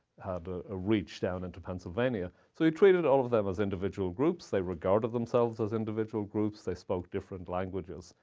had to ah ah reach down into pennsylvania. so he treated all of them as individual groups. they regarded themselves as individual groups. they spoke different languages.